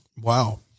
Wow